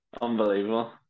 Unbelievable